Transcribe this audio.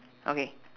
okay